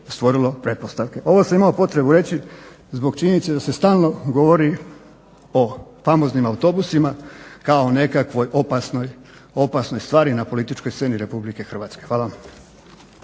stvorilo pretpostavke. Ovo sam imao potrebu reći zbog činjenice da se stalno govori o famoznim autobusima kao nekakvoj opasnoj stvari na političkoj sceni RH. Hvala vam.